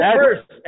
first